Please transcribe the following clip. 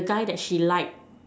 the guy that she like